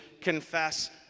confess